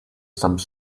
some